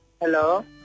Hello